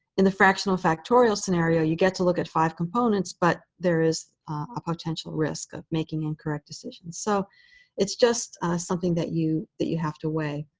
in the fractional factorial scenario, you get to look at five components, but there is a potential risk of making incorrect decisions. so it's just something that you that you have to weigh.